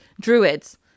Druids